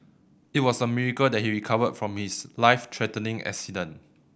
it was a miracle that he recovered from his life threatening accident